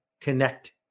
connect